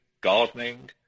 gardening